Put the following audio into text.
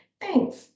Thanks